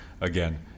again